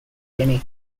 guinea